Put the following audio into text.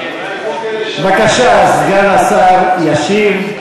בבקשה, סגן השר ישיב.